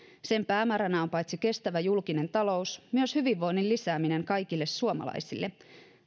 sen päämääränä on paitsi kestävä julkinen talous myös hyvinvoinnin lisääminen kaikille suomalaisille